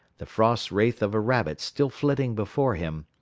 the frost wraith of a rabbit still flitting before him,